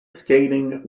skating